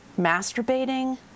masturbating